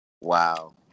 Wow